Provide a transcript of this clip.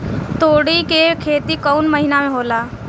तोड़ी के खेती कउन महीना में होला?